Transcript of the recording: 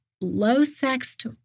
low-sexed